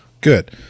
good